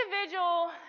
individual